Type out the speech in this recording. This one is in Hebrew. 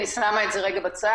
אני שמה את זה רגע בצד,